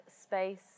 space